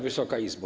Wysoka Izbo!